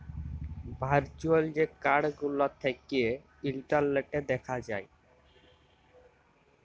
virtual যে card গুলা থ্যাকে ইলটারলেটে দ্যাখা যায়